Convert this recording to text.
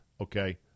Okay